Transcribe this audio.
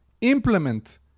implement